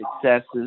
successes